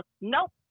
nope